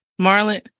Marlon